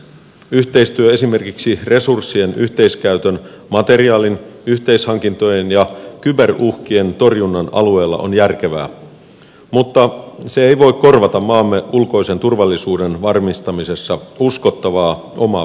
yhteistyö esimerkiksi resurssien yhteiskäytön materiaalin yhteishankintojen ja kyberuhkien torjunnan alueilla on järkevää mutta se ei voi korvata maamme ulkoisen turvallisuuden varmistamisessa uskottavaa omaa puolustuskykyä